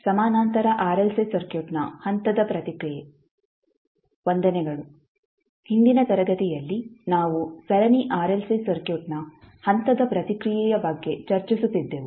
ಸಮಾನಾಂತರ ಆರ್ಎಲ್ಸಿ ಸರ್ಕ್ಯೂಟ್ನ ಹಂತದ ಪ್ರತಿಕ್ರಿಯೆ ವಂದನೆಗಳು ಹಿಂದಿನ ತರಗತಿಯಲ್ಲಿ ನಾವು ಸರಣಿ ಆರ್ಎಲ್ಸಿ ಸರ್ಕ್ಯೂಟ್ನ ಹಂತದ ಪ್ರತಿಕ್ರಿಯೆಯ ಬಗ್ಗೆ ಚರ್ಚಿಸುತ್ತಿದ್ದೆವು